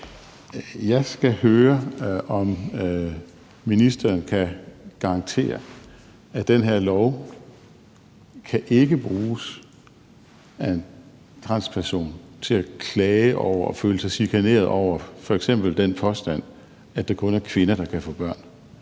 Jeg skal høre, om ministeren kan garantere, at den her lov ikke kan bruges af en transperson til at klage over og føle sig chikaneret over f.eks. den påstand, at det kun er kvinder, der kan få børn.